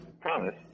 promise